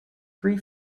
three